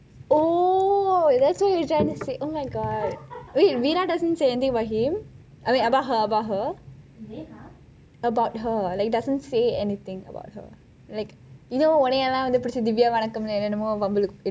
oh that's what you are trying to say oh my god wait veera doesnt say anything about him about her like doesnt say anything about her like you know உன்னேயெல்லாம் பிடிச்சு:unnei yellam pidichu divya வணக்கம் என்னமோ வம்புளுத்து இருப்பாளே:vanakkam enamo vanpuluthu iruppalei